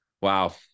Wow